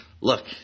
look